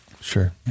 Sure